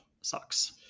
sucks